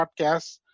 podcasts